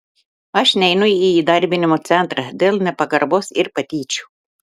aš neinu į įdarbinimo centrą dėl nepagarbos ir patyčių